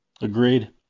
Agreed